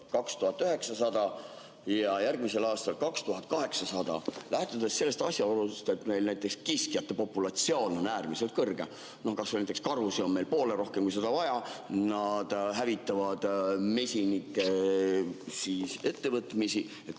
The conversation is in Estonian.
2900 ja järgmisel aastal on 2800. Lähtudes sellest asjaolust, et meil näiteks kiskjate populatsioon on äärmiselt suur – kas või näiteks karusid on meil poole rohkem, kui vaja on, nad hävitavad mesi[tarusid] –, kas ei